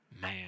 man